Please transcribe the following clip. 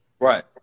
Right